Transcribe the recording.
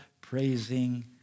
praising